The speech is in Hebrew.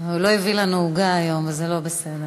הוא לא הביא לנו עוגה היום, אז זה לא בסדר.